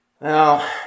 Now